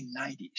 1990s